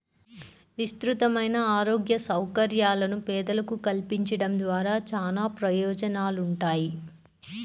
విస్తృతమైన ఆరోగ్య సౌకర్యాలను పేదలకు కల్పించడం ద్వారా చానా ప్రయోజనాలుంటాయి